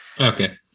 Okay